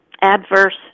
adverse